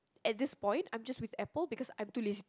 at this point I'm just with Apple because I'm too lazy